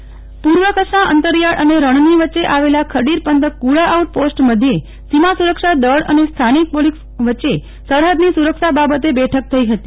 F પોલીસની બેઠક પૂર્વ કચ્છના અંતરિયાળ અને રણની વચ્ચે આવેલા ખડીર પંથક કુડા આઉટ પોસ્ટ મધ્યે સીમા સુરક્ષા દળ અને સ્થાનિક પોલીસ સરફદની સુરક્ષા બાબતે બેઠક યોજાઈ ફતી